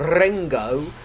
Ringo